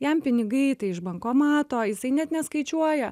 jam pinigai tai iš bankomato jisai net neskaičiuoja